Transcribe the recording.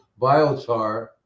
biochar